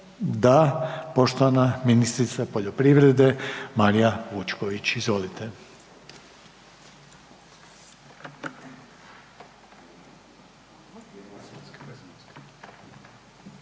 postavit će ministrici poljoprivrede Mariji Vučković, izvolite.